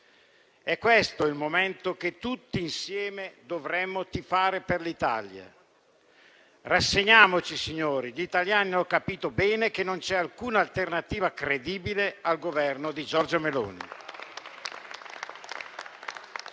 È questo il momento in cui tutti insieme dovremmo tifare per l'Italia. Rassegniamoci, signori, gli italiani hanno capito bene che non c'è alcuna alternativa credibile al Governo di Giorgia Meloni.